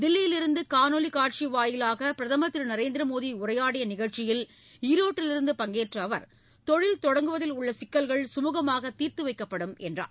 தில்லியிலிருந்து காணொலிக் காட்சி வாயிலாக பிரதமர் திரு நரேந்திர மோடி உரையாடிய நிகழ்ச்சியில் ஈரோட்டிலிருந்து பங்கேற்ற அவர் தொழில் தொடங்குவதில் உள்ள சிக்கல்கள் கமுகமாக தீர்த்து வைக்கப்படும் என்றார்